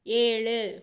ஏழு